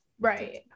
Right